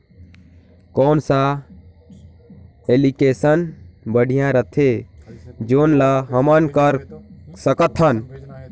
कौन सा एप्लिकेशन बढ़िया रथे जोन ल हमन कर सकथन?